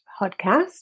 Podcast